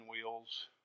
wheels